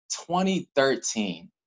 2013